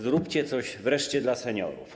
Zróbcie coś wreszcie dla seniorów.